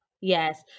yes